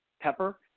Pepper